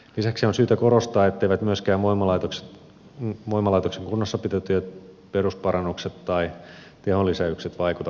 lisäksi on syytä korostaa etteivät myöskään voimalaitoksen kunnossapitotyöt perusparannukset tai tehon lisäykset vaikuta veron määrään